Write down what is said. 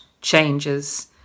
changes